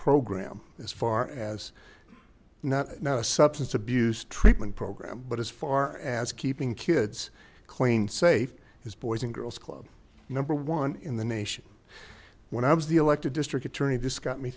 program as far as not substance abuse treatment program but as far as keeping kids clean safe is boys and girls club number one in the nation when i was the elected district attorney